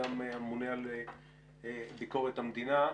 גם הממונה על ביקורת המדינה.